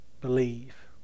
believe